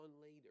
later